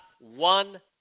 one